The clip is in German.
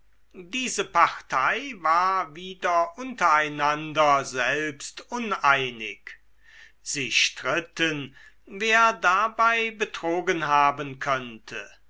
diese partei war wieder untereinander selbst uneinig sie stritten wer dabei betrogen haben könnte